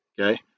okay